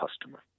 customer